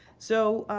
so